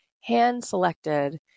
hand-selected